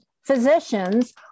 physicians